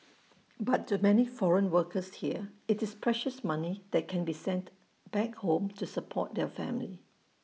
but to many foreign workers here it's precious money that can be sent back home to support their family